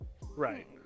right